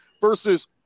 versus